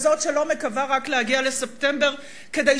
כזאת שלא מקווה רק להגיע לספטמבר כדי